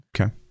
Okay